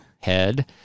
head